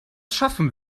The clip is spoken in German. schaffen